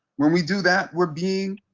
when we do that we're being